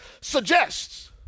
suggests